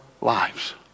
lives